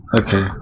Okay